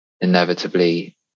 inevitably